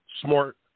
smart